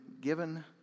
given